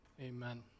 amen